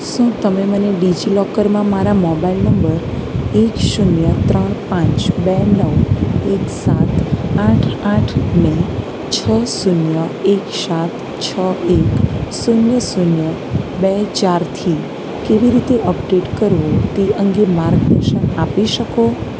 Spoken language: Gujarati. શું તમે મને ડિજિલોકરમાં મારા મોબાઇલ નંબર એક શૂન્ય ત્રણ પાંચ બે નવ એક સાત આઠ આઠ ને છ શૂન્ય એક સાત છ એક શૂન્ય શૂન્ય બે ચારથી કેવી રીતે અપડેટ કરવો તે અંગે માર્ગદર્શન આપી શકો